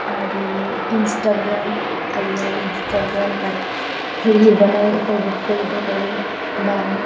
আৰু ইনষ্টাগ্ৰাম আজিকালি ইনষ্টাগ্ৰাম তাত ৰীল বনাই উপভোগ কৰিব পাৰি বা